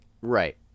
right